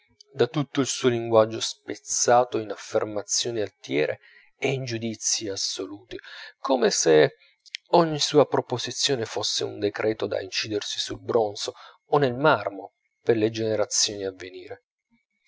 da tutto il suo linguaggio spezzato in affermazioni altiere e in giudizii assoluti come se ogni sua proposizione fosse un decreto da incidersi sul bronzo o nel marmo per le generazioni avvenire